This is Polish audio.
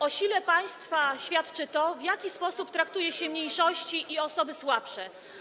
O sile państwa świadczy to, w jaki sposób traktuje się mniejszości i osoby słabsze.